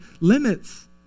limits